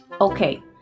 Okay